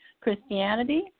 Christianity